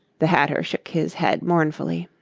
the hatter shook his head mournfully.